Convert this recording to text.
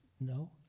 No